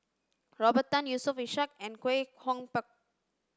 Robert Tan Yusof Ishak and Kwek Hong Png